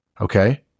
Okay